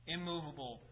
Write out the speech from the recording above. immovable